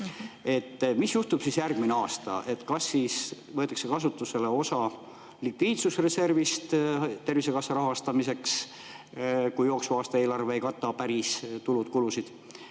Mis juhtub järgmisel aastal? Kas siis võetakse kasutusele osa likviidsusreservist Tervisekassa rahastamiseks, kui jooksva aasta eelarve ei kata päris kulusid,